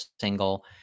single